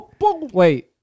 Wait